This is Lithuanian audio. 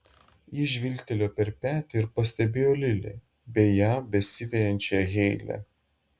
jis žvilgtelėjo per petį ir pastebėjo lili bei ją besivejančią heilę